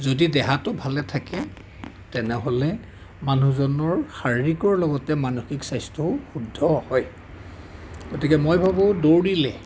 যদি দেহাতো ভালে থাকে তেনেহ'লে মানুহজনৰ শাৰীৰিকৰ লগতে মানসিক স্বাস্থ্যও শুদ্ধ হয় গতিকে মই ভাবোঁ দৌৰিলে